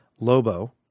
Lobo